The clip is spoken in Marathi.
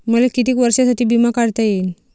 मले कितीक वर्षासाठी बिमा काढता येईन?